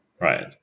Right